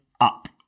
up